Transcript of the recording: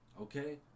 Okay